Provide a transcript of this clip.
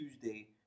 Tuesday